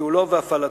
ניהולו והפעלתו.